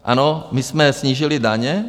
Ano, my jsme snížili daně.